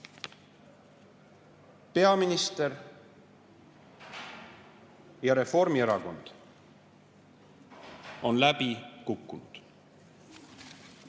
Peaminister ja Reformierakond on läbi kukkunud.